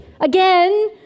again